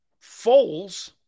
Foles